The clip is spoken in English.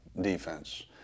defense